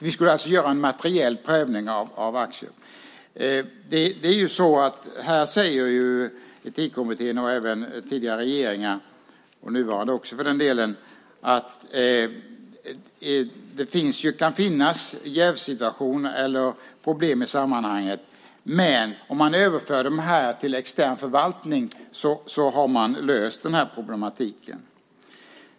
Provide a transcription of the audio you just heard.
Vi skulle alltså göra en materiell prövning av aktier. Här säger Etikkommittén och även både tidigare och för den delen nuvarande regering att det kan finnas en jävssituation eller problem i sammanhanget. Men om man överför det här innehavet till extern förvaltning har man löst problematiken.